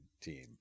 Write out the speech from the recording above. team